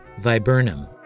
Viburnum